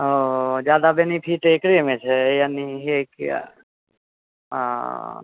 ओ जादा बेनिफ़िट एकरेमे छै एनिहिए किया आ